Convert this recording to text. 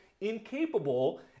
incapable